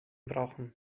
brauchen